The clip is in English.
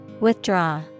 Withdraw